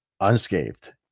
unscathed